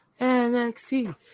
NXT